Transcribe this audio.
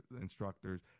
instructors